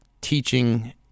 teaching